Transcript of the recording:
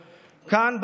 כאן,